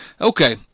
Okay